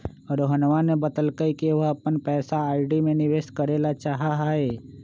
रोहनवा ने बतल कई कि वह अपन पैसा आर.डी में निवेश करे ला चाहाह हई